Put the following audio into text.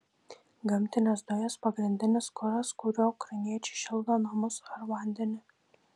gamtinės dujos pagrindinis kuras kuriuo ukrainiečiai šildo namus ar vandenį